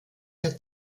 der